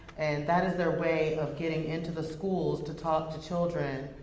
and that is their way of getting into the schools to talk to children.